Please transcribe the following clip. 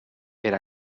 per